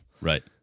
Right